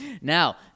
Now